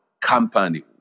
company